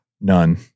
None